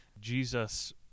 Jesus